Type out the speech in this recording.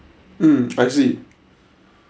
mm I see